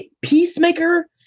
peacemaker